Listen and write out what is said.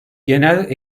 genel